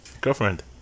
girlfriend